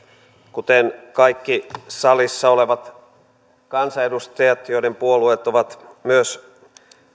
kuten kaikki salissa olevat kansanedustajat joiden puolueet ovat myös